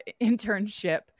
internship